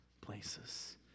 places